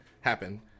happen